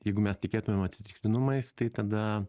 jeigu mes tikėtumėm atsitiktinumais tai tada